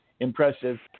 impressive